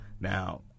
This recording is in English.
Now